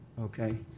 okay